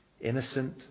innocent